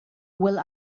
will